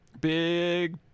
Big